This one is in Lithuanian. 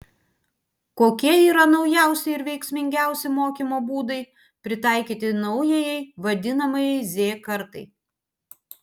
kokie yra naujausi ir veiksmingiausi mokymo būdai pritaikyti naujajai vadinamajai z kartai